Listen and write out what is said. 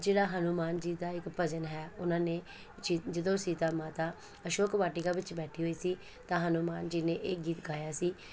ਜਿਹੜਾ ਹਨੂੰਮਾਨ ਜੀ ਦਾ ਇੱਕ ਭਜਨ ਹੈ ਉਹਨਾਂ ਨੇ ਜ ਜਦੋਂ ਸੀਤਾ ਮਾਤਾ ਅਸ਼ੋਕਵਾਟੀਕਾ ਵਿੱਚ ਬੈਠੀ ਹੋਈ ਸੀ ਤਾਂ ਹਨੂੰਮਾਨ ਜੀ ਨੇ ਇਹ ਗੀਤ ਗਾਇਆ ਸੀ